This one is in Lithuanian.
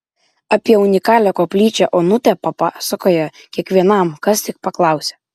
apie unikalią koplyčią onutė papasakoja kiekvienam kas tik paklausia